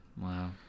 wow